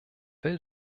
will